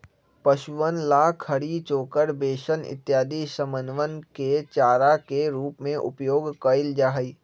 पशुअन ला खली, चोकर, बेसन इत्यादि समनवन के चारा के रूप में उपयोग कइल जाहई